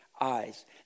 eyes